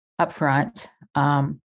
upfront